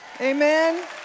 Amen